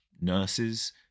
nurses